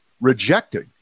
rejecting